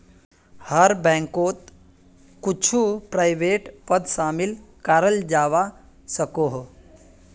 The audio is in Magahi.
हर बैंकोत कुछु प्राइवेट पद शामिल कराल जवा सकोह